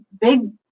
big